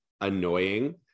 annoying